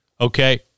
okay